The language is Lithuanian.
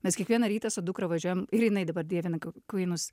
mes kiekvieną rytą su dukra važiuojam ir jinai dabar dievina kuinus